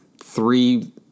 three